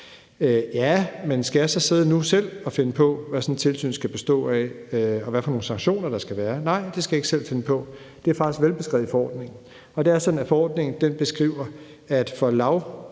her. Men skal jeg så sidde nu selv og finde på, hvad sådan et tilsyn skal bestå af, og hvad for nogle sanktioner der skal være? Nej, det skal jeg ikke selv finde på. Det er faktisk velbeskrevet i forordningen. Det er sådan, at forordningen beskriver, at for lavrisikolande